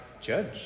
Judge